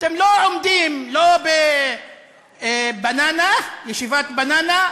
אתם לא עומדים לא ב"בננה", ישיבת "בננה",